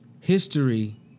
history